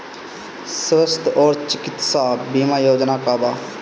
स्वस्थ और चिकित्सा बीमा योजना का बा?